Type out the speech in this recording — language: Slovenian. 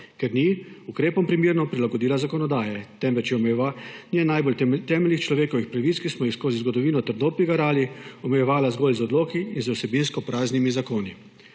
ker ni ukrepom primerno prilagodila zakonodaje, temveč je omejevanje najbolj temeljnih človekovih pravic, ki smo jih skozi zgodovino trdo prigarali, omejevala zgolj z odloki in z vsebinsko praznimi zakoni.